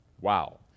Wow